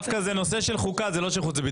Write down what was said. גם זה רביזיה וגם הקודם